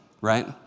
right